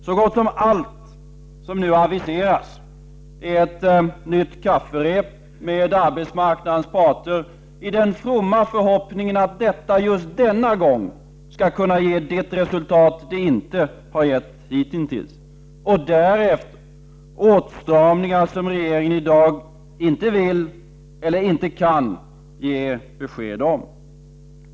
Så gott som allt som nu aviseras är ett nytt kafferep med arbetsmarknadens parter i den fromma förhoppningen att detta just denna gång skall kunna ge det resultat det inte har gett hitintills. Därefter skall åtstramningar göras som regeringen i dag inte vill eller inte kan ge besked om.